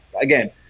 again